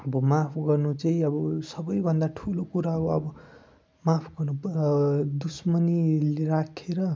अब माफ गर्नु चाहिँ अब सबैभन्दा ठुलो कुरा हो अब माफ गर्नु दुस्मनी राखेर